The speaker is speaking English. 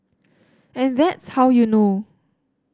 and that's how you know